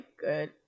good